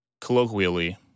colloquially